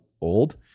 old